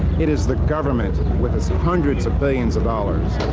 it is the government, with its hundreds of billions of dollars.